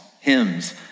hymns